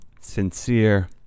sincere